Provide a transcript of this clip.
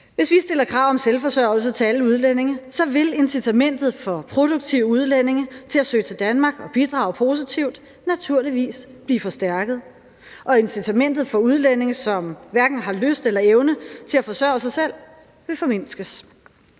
Hvis vi stiller krav om selvforsørgelse til alle udlændinge, vil incitamentet for produktive udlændinge til at søge til Danmark og bidrage positivt naturligvis blive forstærket, og incitamentet for udlændinge, som hverken har lyst eller evne til at forsørge sig selv, vil formindskes.